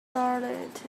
startled